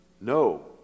No